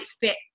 fit